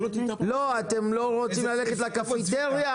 אתם לא רוצים ללכת לקפיטריה?